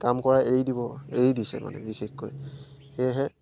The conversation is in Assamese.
কাম কৰা এৰি দিব এৰি দিছে মানে বিশেষকৈ সেয়েহে